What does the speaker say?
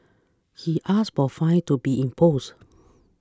he asked for a fine to be imposed